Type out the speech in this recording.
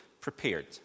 prepared